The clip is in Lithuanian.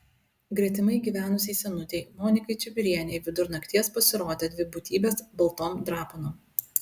gretimai gyvenusiai senutei monikai čibirienei vidur nakties pasirodė dvi būtybės baltom drapanom